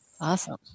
Awesome